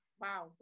Wow